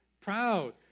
proud